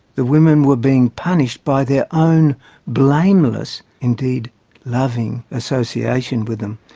the women were being punished by their own blameless indeed loving association with them.